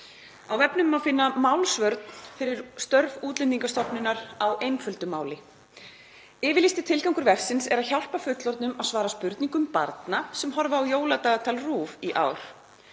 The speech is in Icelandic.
Á vefnum má finna málsvörn fyrir störf Útlendingastofnunar á einföldu máli. Yfirlýstur tilgangur verksins er að hjálpa fullorðnum að svara spurningum barna sem horfa á jóladagatal RÚV í ár.